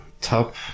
top